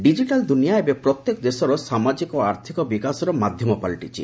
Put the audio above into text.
digital ଦୁନିଆ ଏବେ ପ୍ରତ୍ୟେକ ଦେଶର ସାମାଜିକ ଓ ଆର୍ଥିକ ବିକାଶର ମାଧ୍ୟମ ପାଲଟିଛି